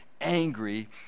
angry